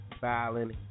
violent